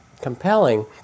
compelling